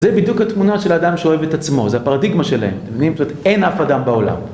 זה בדיוק התמונה של האדם שאוהב את עצמו, זה הפרדיגמה שלהם, אתם מבינים? זאת אומרת, אין אף אדם בעולם.